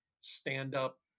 stand-up